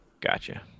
Gotcha